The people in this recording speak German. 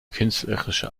künstlerische